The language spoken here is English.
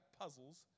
puzzles